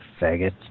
faggot